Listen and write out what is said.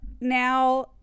Now